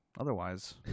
Otherwise